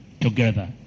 together